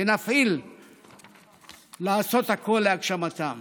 ונפעל לעשות הכול להגשמתם